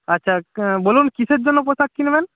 আচ্ছা বলুন কীসের জন্য পোশাক কিনবেন